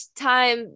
time